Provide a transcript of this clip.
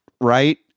right